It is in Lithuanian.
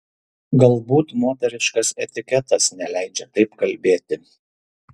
galbūt moteriškas etiketas neleidžia taip kalbėti